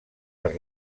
les